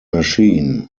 machine